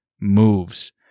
moves